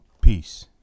Peace